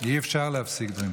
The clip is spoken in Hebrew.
אי-אפשר להפסיק דברים כאלה.